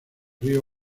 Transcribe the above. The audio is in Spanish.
río